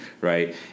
right